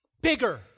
Bigger